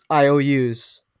ious